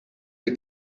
che